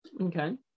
Okay